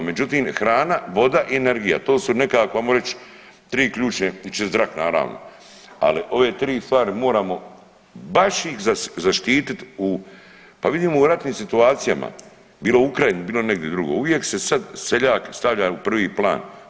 Međutim, hrana, voda i energija to su nekako ajmo reći 3 ključne i čist zrak naravno, ali ove 3 stvari moramo baš zaštititi u, pa vidimo u ratnim situacijama bilo u Ukrajini bilo negdje drugo, uvijek se sad seljak stavlja u prvi plan.